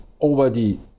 already